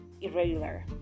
irregular